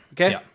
Okay